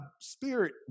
spirit